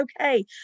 okay